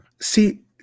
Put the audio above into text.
See